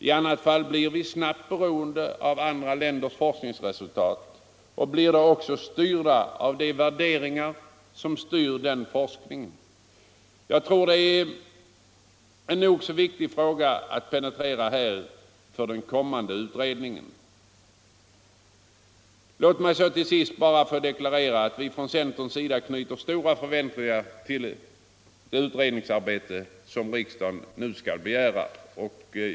I annat fall blir vi snabbt beroende av andra länders forskningsresultat och blir då också styrda av de värderingar som styr den forskningen. Jag tror att detta är en nog så viktig fråga att penetrera för den kommande utredningen. Låt mig till sist bara deklarera att vi från centerns sida knyter stora förväntningar till det utredningsarbete som riksdagen nu skall begära.